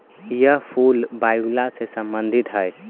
यह फूल वायूला से संबंधित हई